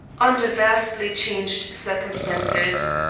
under vastly changed circumstances.